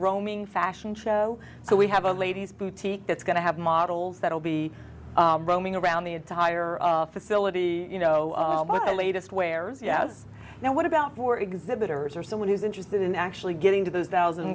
roaming fashion show so we have a ladies boutique that's going to have models that will be roaming around the entire facility you know the latest wares yes now what about for exhibitors or someone who's interested in actually getting to those thousand